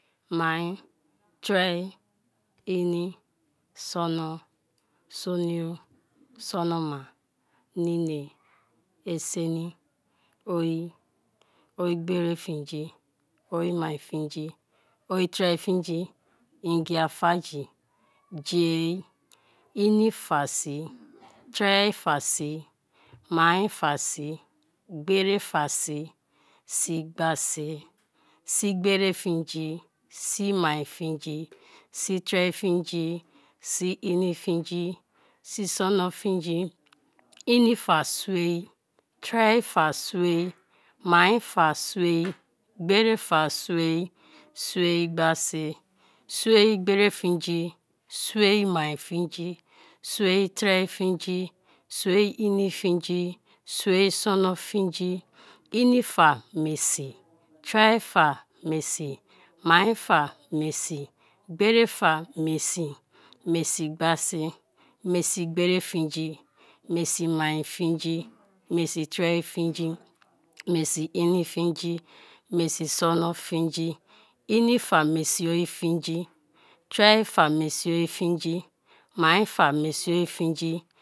Mai, tre, ini, sono, sonio, sonoma, nine, esini, oye; oye gberi fingi, oye mai fingi, oye tre fingi, igia fa jei, jei, inifa si, tre fa si, maifa si, gberi fasi, sigbasi; sigberi fingi, simai fingi, si tre fingi siini fingi, bi so no fingi, inifa sue, tre fa sue, mai fa sue, gberifa sue, sue gbasi. Sue gberi fingi, sue mai, fingi, sue tre fingi, sue mi fingi, sue sono fingi, inifa mesi, tre fa mesi, maifa mesi, gberi fa mesi, mesi mai fingi, mesi tre fingi, mesi ini fingi, mesi sona tengi, inifa mesi oye fingi, tre fa mesi oye fingi, mai fa mesi oye fingi.